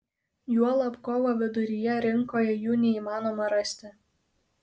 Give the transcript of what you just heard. juolab kovo viduryje rinkoje jų neįmanoma rasti